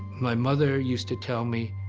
my mother used to tell me,